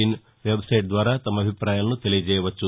in website ద్వారా తమ అభిప్రాయాలను తెలియచేయవచ్చు